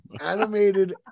Animated